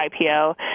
IPO